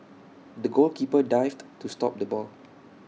the goalkeeper dived to stop the ball